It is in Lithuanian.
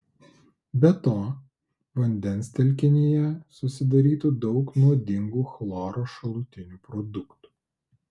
be to vandens telkinyje susidarytų daug nuodingų chloro šalutinių produktų